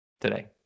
today